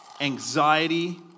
anxiety